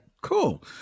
cool